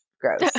gross